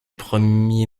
premier